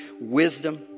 wisdom